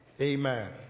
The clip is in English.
Amen